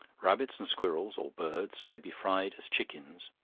rabbits and squirrels, or birds, may be fried as chickens,